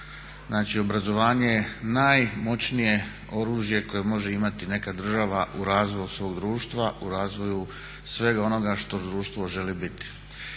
Znači obrazovanje je najmoćnije oružje koje može imati neka država u razvoju svog društva, u razvoju svega onoga što društvo želi biti.